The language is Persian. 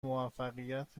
موقعیت